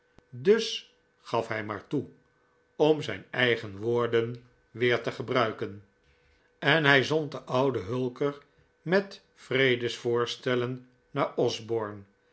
dus gaf hij maar toe om zijn eigen woorden wcer te gebruiken en hij zond den ouden hulker met vredesvoorstellen naar osborne